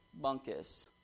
Bunkus